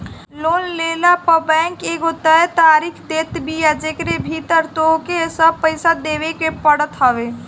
loan लेहला पअ bank एगो तय तारीख देत बिया जेकरी भीतर होहके सब पईसा देवे के पड़त हवे